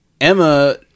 Emma